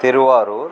Thiruvarur